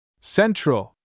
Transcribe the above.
Central